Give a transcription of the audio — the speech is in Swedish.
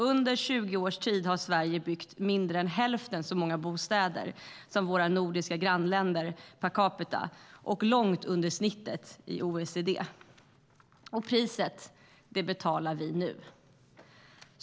Under 20 års tid har Sverige byggt mindre än hälften så många bostäder som våra nordiska grannländer har gjort per capita och långt under snittet i OECD. Och priset betalar vi nu.